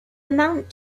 amount